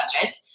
budget